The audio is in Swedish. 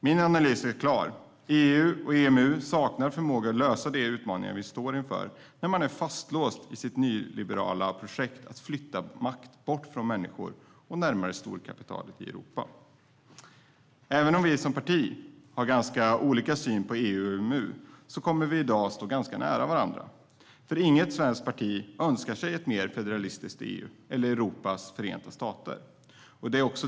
Min analys är klar: EU och EMU saknar förmåga att lösa de utmaningar vi står inför, då man är fastlåst i sitt nyliberala projekt att flytta makten bort från människor och närmare storkapitalet i Europa. Även om vi som partier har ganska olika syn på EU och EMU kommer vi i dag att stå ganska nära varandra, för inget svenskt parti önskar sig ett mer federalistiskt EU eller ett Europas förenta stater.